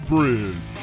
Bridge